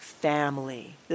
family